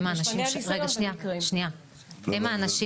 הם האנשים